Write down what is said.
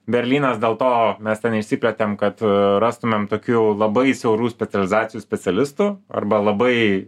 berlynas dėl to mes ten išsiplėtėm kad rastumėm tokių labai siaurų specializacijų specialistų arba labai